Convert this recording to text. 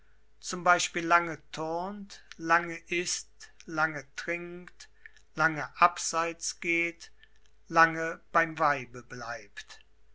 z b lange turnt lange ißt lange trinkt lange abseits geht lange beim weibe bleibt